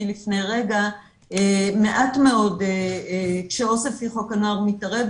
לפני רגע - כשעו"ס לפי חוק הנוער מתערב,